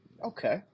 okay